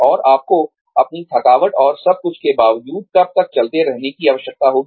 और आपको अपनी थकावट और सब कुछ के बावजूद कब तक चलते रहने की आवश्यकता होगी